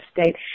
state